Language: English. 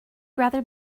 rather